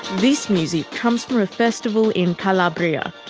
this music comes from a festival in calabria,